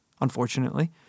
unfortunately